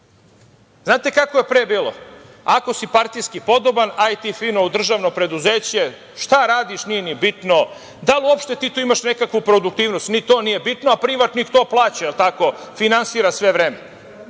kako je pre bilo? Ako si partijski podoban, aj ti fino u državno preduzeće, šta radiš, nije ni bitno. Da li uopšte ti tu imaš nekakvu produktivnost, ni to nije bitno, a privatnik to plaća, jel tako, finansira sve vreme.